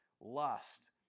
lust